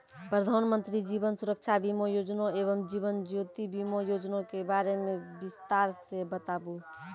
प्रधान मंत्री जीवन सुरक्षा बीमा योजना एवं जीवन ज्योति बीमा योजना के बारे मे बिसतार से बताबू?